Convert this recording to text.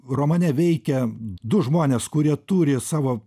romane veikia du žmonės kurie turi savo